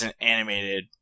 animated